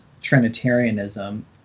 Trinitarianism